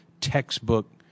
textbook